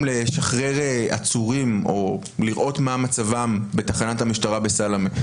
לשחרר עצורים או לראות מה מצבם בתחנת המשטרה בסלמה.